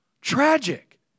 tragic